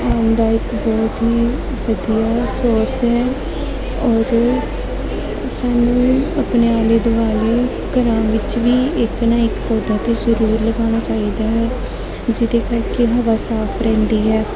ਅਰਾਮਦਾਇਕ ਬਹੁਤ ਹੀ ਵਧੀਆ ਸੋਰਸ ਹੈ ਔਰ ਸਾਨੂੰ ਆਪਣੇ ਆਲੇ ਦੁਆਲੇ ਘਰਾਂ ਵਿੱਚ ਵੀ ਇੱਕ ਨਾ ਇੱਕ ਪੌਦਾ ਤਾਂ ਜ਼ਰੂਰ ਲਗਾਉਣਾ ਚਾਹੀਦਾ ਹੈ ਜਿਹਦੇ ਕਰਕੇ ਹਵਾ ਸਾਫ਼ ਰਹਿੰਦੀ ਹੈ